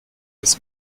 des